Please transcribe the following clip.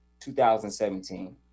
2017